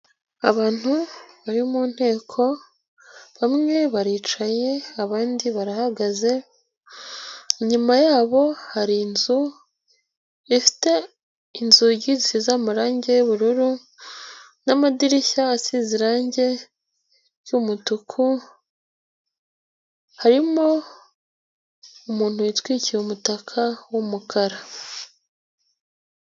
Abantu bari mu nteko, bamwe baricaye abandi barahagaze, inyuma yabo hari inzu, ifite inzugi nziza z'amarangi y'ubururu, n'amadirishya asize irangi ry'umutuku, harimo umuntu witwikiye umutaka w'umukara.